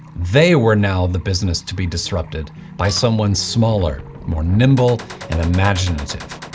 they were now the business to be disrupted by someone smaller, more nimble and imaginative.